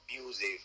music